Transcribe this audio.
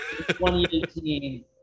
2018